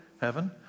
Heaven